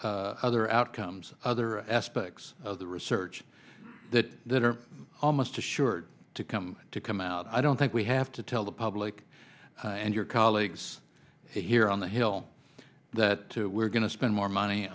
other other outcomes other aspects of the research that that are almost assured to come to come out i don't think we have to tell the public and your colleagues here on the hill that we're going to spend more money